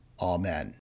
Amen